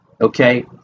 okay